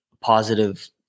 positive